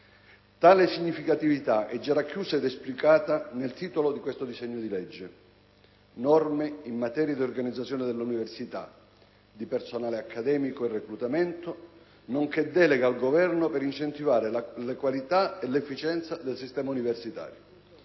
Tale significatività è già racchiusa ed esplicata nel titolo di questo disegno di legge: «Norme in materia di organizzazione delle università, di personale accademico e reclutamento, nonché delega al Governo per incentivare la qualità e l'efficienza del sistema universitario».